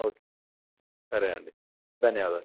okay సరే అండి ధన్యవాదాలు